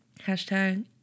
Hashtag